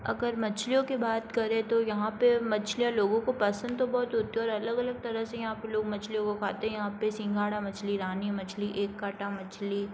अगर मछलियों की बात करें तो यहाँ पर मछलियाँ लोगों को पसंद तो बहुत होती है और अलग अलग तरह से यहाँ पर लोग मछलियों को खाते हैं यहाँ पर सिंघाड़ा मछली रानी मछली एक काँटा मछली